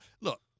look